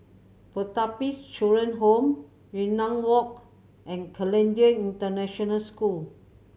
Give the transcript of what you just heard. Pertapis Children Home Yunnan Walk and Canadian International School